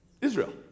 Israel